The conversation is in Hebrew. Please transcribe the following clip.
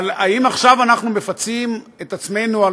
אבל האם עכשיו אנחנו מפצים את עצמנו על